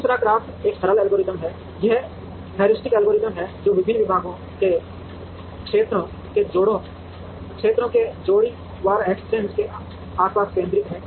दूसरा CRAFT एक सरल एल्गोरिथ्म है यह एक हेयोरिस्टिक एल्गोरिथम है जो विभिन्न विभागों के क्षेत्रों के जोड़ी वार एक्सचेंज के आसपास केंद्रित है